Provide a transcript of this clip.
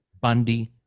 Bundy